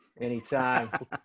Anytime